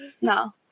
No